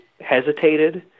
hesitated